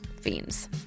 Fiends